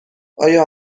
آیا